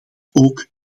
ook